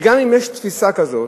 גם אם יש תפיסה כזאת